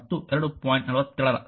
47 ರ ಸಮೀಕರಣದಿಂದ 2